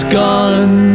gone